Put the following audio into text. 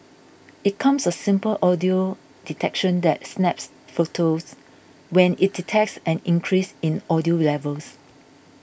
it comes a simple audio detection that snaps photos when it detects an increase in audio levels